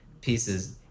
pieces